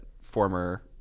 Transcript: former